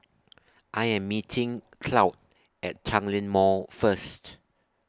I Am meeting Claud At Tanglin Mall First